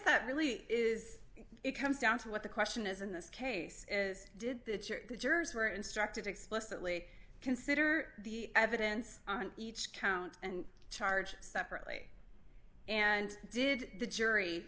that really is it comes down to what the question is in this case is did the church the jurors were instructed explicitly consider the evidence on each count and charge separately and did the jury